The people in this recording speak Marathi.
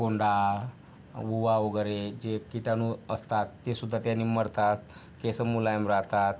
कोंडा ऊवा वगैरे जे किटाणू असतात ते सुद्धा त्याने मरतात केस मुलायम राहतात